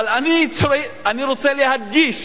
אבל אני רוצה להדגיש